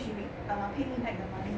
she will ah pay me back the money